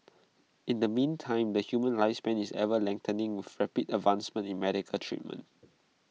in the meantime the human lifespan is ever lengthening with rapid advancements in medical treatment